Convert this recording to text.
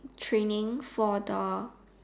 trainings for the